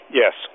yes